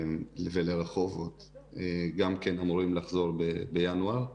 ולרחובות גם כן אמורים לחזור בינואר,